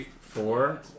four